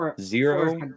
zero